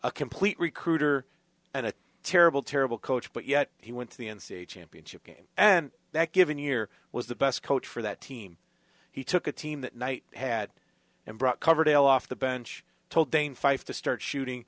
a complete recruiter and a terrible terrible coach but yet he went to the n c a a championship game and that given year was the best coach for that team he took a team that night had him brought coverdale off the bench told dane five to start shooting